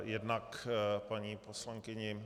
Jednak k paní poslankyni